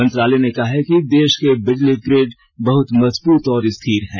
मंत्रालय ने कहा है कि देश के बिजली ग्रिड बहुत मजबूत और स्थिर हैं